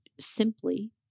simply